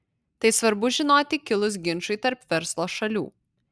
tai svarbu žinoti kilus ginčui tarp verslo šalių